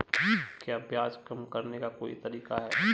क्या ब्याज कम करने का कोई तरीका है?